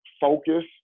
focus